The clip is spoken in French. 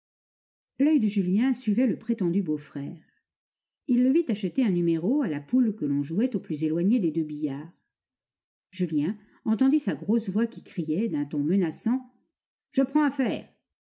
l'oeil de julien suivait le prétendu beau-frère il le vit acheter un numéro à la poule que l'on jouait au plus éloigné des deux billards julien entendit sa grosse voix qui criait d'un ton menaçant je prends à faire